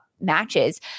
Matches